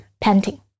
painting